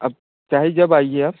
अब चाहे जब आइए आप